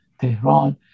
Tehran